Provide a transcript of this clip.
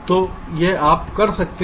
तो यह आप कर सकते हैं